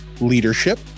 leadership